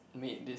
made this